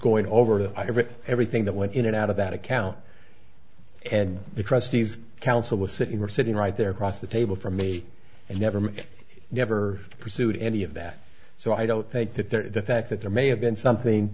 going over to everything that went in and out of that account and the trustees counsel was sitting were sitting right there across the table from me and never make never pursued any of that so i don't think that the fact that there may have been something